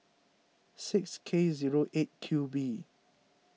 six K zero eight Q B